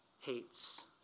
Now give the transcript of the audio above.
hates